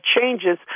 changes